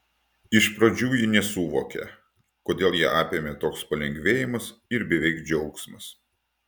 iš pradžių ji nesuvokė kodėl ją apėmė toks palengvėjimas ir beveik džiaugsmas